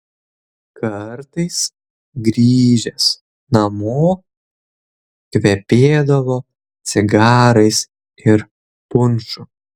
kartais grįžęs namo kvepėdavo cigarais ir punšu